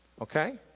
Okay